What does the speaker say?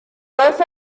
both